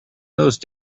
those